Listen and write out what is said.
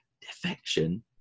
defection